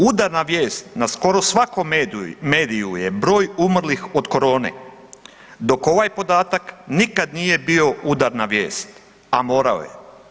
Udarna vijest na skoro svakom mediju je broj umrlih od corone, dok ovaj podatak nikad nije bio udarna vijest a morao je.